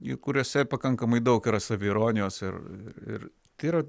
į kuriose pakankamai daug yra saviironijos ir tai yra